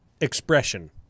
Expression